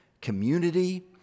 community